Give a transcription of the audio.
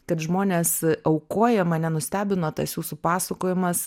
kad žmonės aukoja mane nustebino tas jūsų pasakojimas